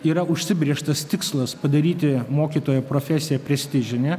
yra užsibrėžtas tikslas padaryti mokytojo profesiją prestižine